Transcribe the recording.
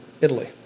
Italy